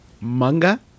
Manga